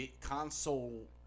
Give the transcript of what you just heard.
console